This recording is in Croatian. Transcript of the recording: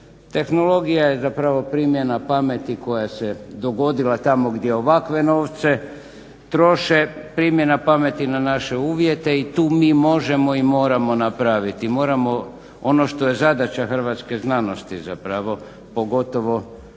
tehnologija je zapravo primjena pameti koja se dogodila tamo gdje ovakve novce troše, primjena pameti na naše uvjete i tu mi možemo i moramo napraviti. Moramo, ono što je zadaća hrvatske znanosti zapravo, pogotovo ovog